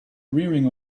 rearing